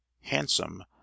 handsome